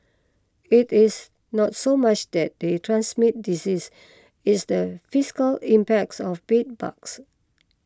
it is not so much that they transmit disease it's the fiscal impacts of bed bugs